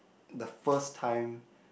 the first time